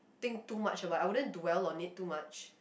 think too much about I wouldn't dwell on it too much